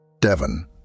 Devon